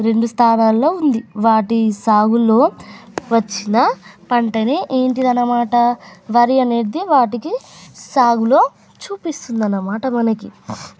రెండు స్థానాలలో ఉంది వాటి సాగులో వచ్చిన పంట ఏంటిదన్నమాట వరి అనేది వాటికి సాగులో చూపిస్తుంది అన్నమాట మనకి